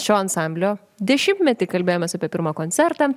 šio ansamblio dešimtmetį kalbėjomės apie pirmą koncertą